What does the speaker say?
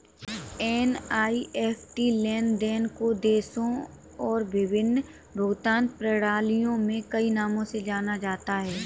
NEFT लेन देन को देशों और विभिन्न भुगतान प्रणालियों में कई नामों से जाना जाता है